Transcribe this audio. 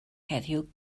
heddiw